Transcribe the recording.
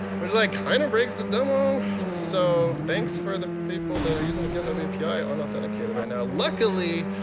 which like kind of rigs the demo so thanks for the people that are using the github api unauthenticated right now. luckily